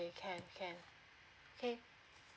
okay can can